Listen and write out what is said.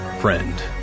friend